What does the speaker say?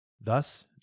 Thus